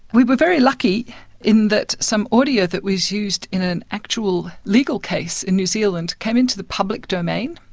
we were very lucky in that some audio that was used in an actual legal case in new zealand came into the public domain,